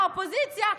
האופוזיציה,